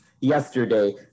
yesterday